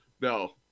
No